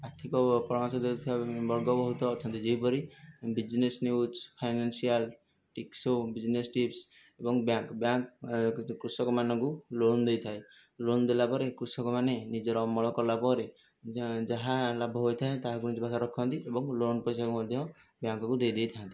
ଆର୍ଥିକ ପ୍ରସୟଣ ଦେଉଥିବା ବର୍ଗ ବହୁତ ଅଛନ୍ତି ଯେହିପରି ବିଜ୍ନେସ୍ ନିଉଜ୍ ଫାଇନାନ୍ସିୟାଲ ଟିପ୍ସ ହେଉ ବିଜ୍ନେସ୍ ଟିପ୍ସ ଏବଂ ବ୍ୟାଙ୍କ ବ୍ୟାଙ୍କ କୃଷକମାନଙ୍କୁ ଲୋନ୍ ଦେଇଥାଏ ଲୋନ୍ ଦେଲାପରେ କୃଷକମାନେ ନିଜର ଅମଳ କଲାପରେ ଯାହା ଲାଭ ହୋଇଥାଏ ତାହାକୁ ନିଜ ପାଖରେ ରଖନ୍ତି ଏବଂ ଲୋନ୍ ପଇସାକୁ ମଧ୍ୟ ବ୍ୟାଙ୍କକୁ ଦେଇ ଦେଇଥାନ୍ତି